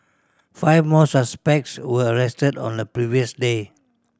five more suspects were arrested on the previous day